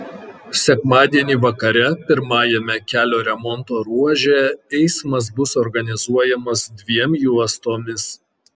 sekmadienį vakare pirmajame kelio remonto ruože eismas bus organizuojamas dviem juostomis